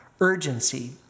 urgency